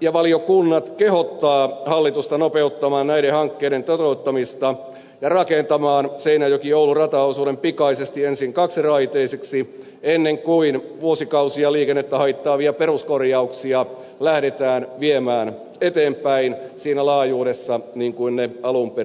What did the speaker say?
ja valiokunnat kehottavat hallitusta nopeuttamaan näiden hankkeiden toteuttamista ja rakentamaan seinäjokioulu rataosuuden pikaisesti ensin kaksiraiteiseksi ennen kuin vuosikausia liikennettä haittaavia peruskorjauksia lähdetään viemään eteenpäin siinä laajuudessa kuin ne alun perin ovat